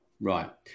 Right